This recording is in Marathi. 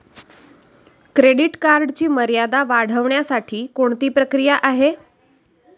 क्रेडिट कार्डची मर्यादा वाढवण्यासाठी कोणती प्रक्रिया आहे?